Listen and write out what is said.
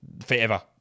forever